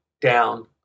down